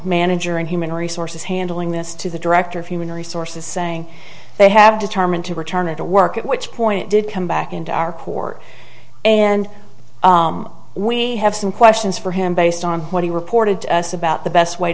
manager and human resources handling this to the director of human resources saying they have determined to return to work at which point did come back into our court and we have some questions for him based on what he reported to us about the best way